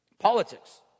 Politics